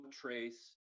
trace